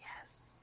Yes